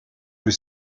que